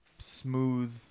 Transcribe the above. Smooth